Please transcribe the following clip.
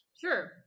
Sure